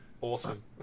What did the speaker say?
Awesome